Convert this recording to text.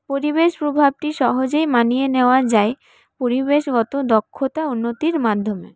পরিবেশ প্রভাবটি সহজেই মানিয়ে নেওয়া যায় পরিবেশগত দক্ষতা উন্নতির মাধ্যমে